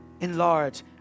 enlarge